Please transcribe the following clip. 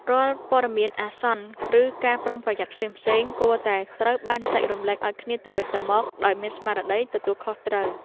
រាល់ព័ត៌មានអាសន្នឬការប្រុងប្រយ័ត្នផ្សេងៗគួរតែត្រូវបានចែករំលែកឱ្យគ្នាទៅវិញទៅមកដោយស្មារតីទទួលខុសត្រូវ។